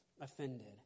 offended